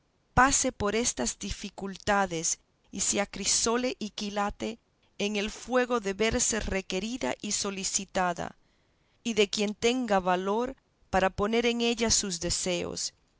pase por estas dificultades y se acrisole y quilate en el fuego de verse requerida y solicitada y de quien tenga valor para poner en ella sus deseos